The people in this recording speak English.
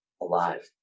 alive